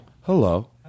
Hello